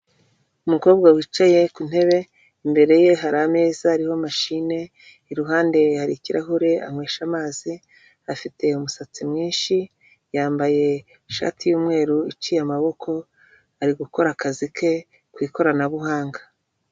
Umukobwa wicaye ku ntebe imbere ye hari ameza ariho mashini iruhande hari ikirahure anywesha amazi, afite umusatsi mwinshi yambaye ishati y'umweru iciye amaboko ari gukora akazi ke ku ikoranabuhanga.